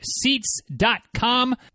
seats.com